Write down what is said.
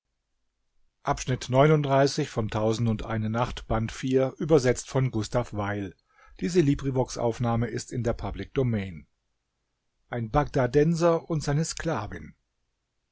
ein bagdadenser und seine sklavin